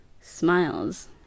smiles